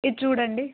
ఇది చూడండి